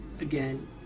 Again